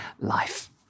life